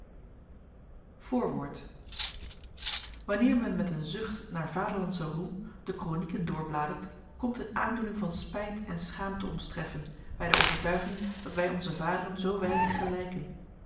voorwoord wanneer men met een zucht naar vaderlandse roem de kronieken doorbladert komt een aandoening van spijt en schaamte ons treffen bij de overtuiging dat wij onze vaderen zo weinig gelijken